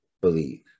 Believe